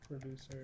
producer